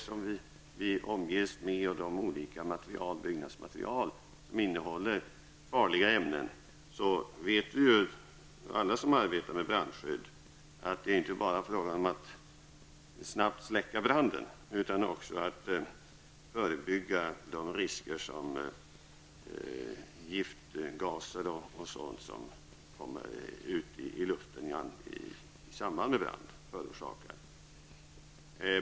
Så är det inte bara på fartyg utan också i bostadshus och andra sammanhang. Alla som arbetar med brandskydd vet att det inte bara är fråga om att snabbt släcka branden utan också om att förebygga de risker som giftgaser som kommer ut i luften i samband med brand förorsakar.